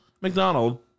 McDonald